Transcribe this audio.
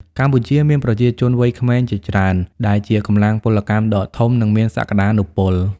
កម្ពុជាមានប្រជាជនវ័យក្មេងជាច្រើន ដែលជាកម្លាំងពលកម្មដ៏ធំ និងមានសក្ដានុពល។